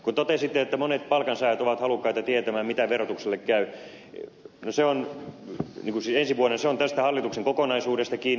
kun totesitte että monet palkansaajat ovat halukkaita tietämään mitä verotukselle käy ensi vuonna se on tästä hallituksen kokonaisuudesta kiinni